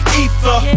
ether